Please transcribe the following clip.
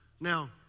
Now